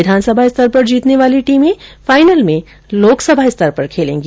विधानसभा स्तर पर जीतने वाली टीमें फाइनल में लोकसभा स्तर पर खेलेंगी